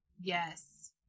Yes